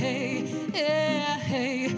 hey hey